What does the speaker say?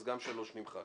אז גם (3) נמחק.